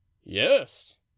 yes